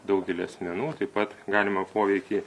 daugelį asmenų taip pat galimą poveikį